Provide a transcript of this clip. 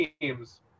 teams